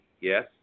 Yes